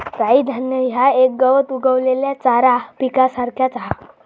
राई धान्य ह्या एक गवत उगवलेल्या चारा पिकासारख्याच हा